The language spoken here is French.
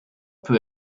peut